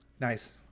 Nice